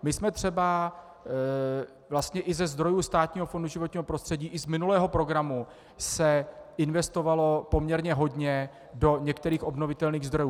My jsme třeba vlastně i ze zdrojů Státního fondu životního prostředí i z minulého programu se investovalo poměrně hodně do některých obnovitelných zdrojů.